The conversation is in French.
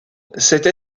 cette